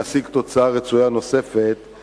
נשיג תוצאה רצויה נוספת,